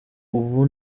ubu